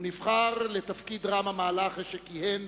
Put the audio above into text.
הוא נבחר לתפקיד רם המעלה אחרי שכיהן